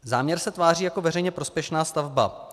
Záměr se tváří jako veřejně prospěšná stavba.